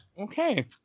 Okay